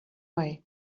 way